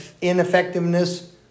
ineffectiveness